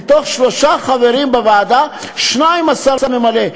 מתוך שלושה חברים בוועדה, שניים השר ממנה.